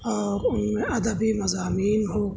اور ان میں ادبی مضامین ہو